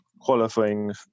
qualifying